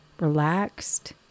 relaxed